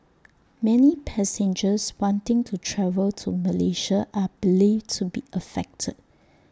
many passengers wanting to travel to Malaysia are believed to be affected